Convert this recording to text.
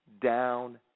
down